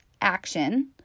action